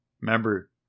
remember